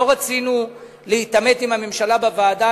לא רצינו להתעמת עם הממשלה בוועדה,